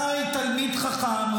אתה הרי תלמיד חכם,